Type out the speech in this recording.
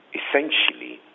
essentially